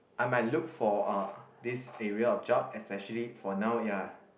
I might look for uh this area of job especially for now ya